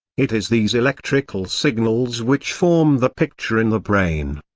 it is these electrical signals which form the picture in the brain.